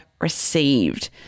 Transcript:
received